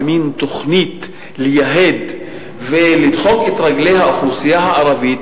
במין תוכנית לייהד ולדחוק את רגלי האוכלוסייה הערבית,